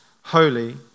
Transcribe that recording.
holy